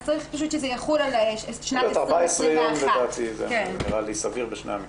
צריך שזה יחול על שנת 2021. 14 יום נראה לי סביר בשני המקרים.